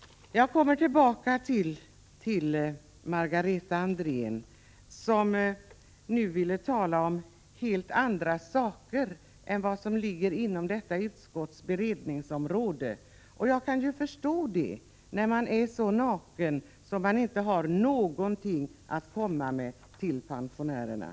Jag återkommer till Margareta Andrén, som nu ville tala om helt andra saker än dem som ligger inom socialförsäkringsutskottets beredningsområde. Jag kan förstå det, eftersom folkpartiet är så naket att man inte har någonting att komma med till pensionärerna.